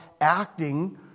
acting